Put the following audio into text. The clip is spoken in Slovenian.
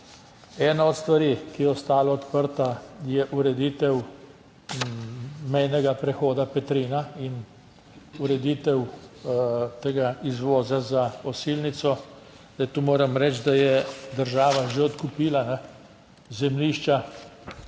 Ena od stvari, ki je ostala odprta, je ureditev mejnega prehoda Petrina in ureditev tega izvoza za Osilnico. Zdaj, tu moram reči, da je država že odkupila zemljišča,